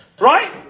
Right